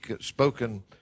spoken